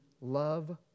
love